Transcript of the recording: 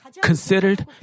Considered